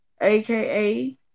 aka